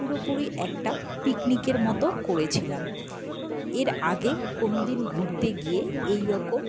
পুরোপুরি একটা পিকনিকের মতো করেছিলাম এর আগে কোনো দিন ঘুরতে গিয়ে এই রকম